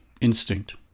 Instinct